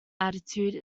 attitude